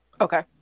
Okay